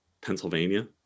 Pennsylvania